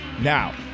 Now